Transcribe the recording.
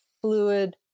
fluid